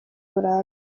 burambye